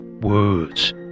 Words